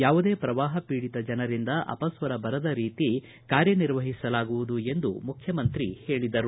ಯಾವುದೇ ಪ್ರವಾಹ ಪೀಡಿತ ಜನರಿಂದ ಅಪಸ್ವರ ಬರದ ರೀತಿ ಕಾರ್ಯನಿರ್ವಹಿಸಲಾಗುವುದು ಎಂದು ಮುಖ್ಯಮಂತ್ರಿ ಹೇಳಿದರು